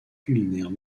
culinaire